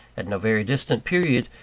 at no very distant period,